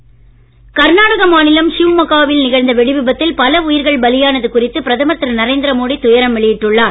ஷிவ்மோகா மோடி கர்நாடக மாநிலம் ஷிவ்மோகாவில் நிகழ்ந்த வெடி விபத்தில் பல உயிர்கள் பலியானது குறித்து பிரதமர் திரு நரேந்திர மோடி துயரம் வெளியிட்டுள்ளார்